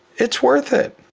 it's worth it.